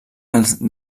els